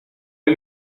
hay